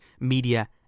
media